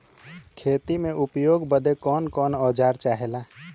खेती में उपयोग बदे कौन कौन औजार चाहेला?